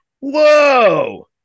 Whoa